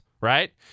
right